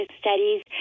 studies